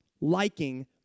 liking